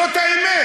זאת האמת.